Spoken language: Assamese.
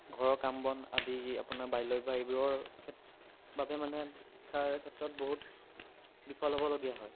ঘৰৰ কাম বন আদি আপোনাৰ বাল্য বিবাহ এইবোৰৰ খে বাবে মানে শিক্ষাৰ ক্ষেত্ৰত বহুত বিফল হ'বলগীয়া হয়